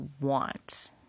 want